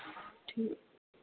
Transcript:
ਠੀਕ